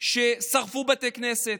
ששרפו בתי כנסת,